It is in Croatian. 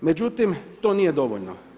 Međutim to nije dovoljno.